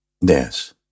Yes